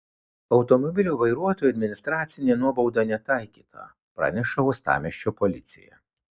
automobilio vairuotojui administracinė nuobauda netaikyta praneša uostamiesčio policija